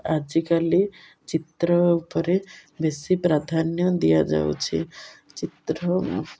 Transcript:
ଆଜିକାଲି ଚିତ୍ର ଉପରେ ବେଶୀ ପ୍ରାଧାନ୍ୟ ଦିଆଯାଉଛି ଚିତ୍ର